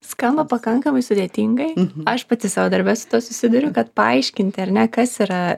skamba pakankamai sudėtingai aš pati savo darbe su tuo susiduriu kad paaiškinti ar ne kas yra